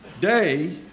Day